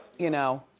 you know.